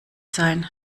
sein